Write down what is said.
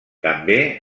també